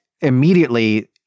immediately